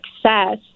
success